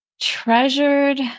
treasured